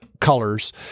colors